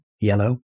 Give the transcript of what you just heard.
yellow